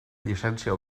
llicència